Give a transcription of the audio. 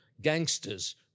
gangsters